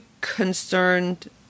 concerned